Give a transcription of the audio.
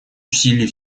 усилий